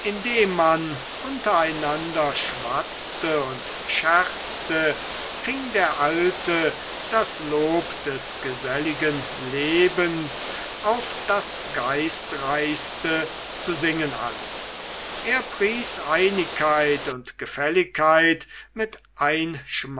indem man untereinander schwatzte und scherzte fing der alte das lob des geselligen lebens auf das geistreichste zu singen an er pries einigkeit und gefälligkeit mit